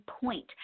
point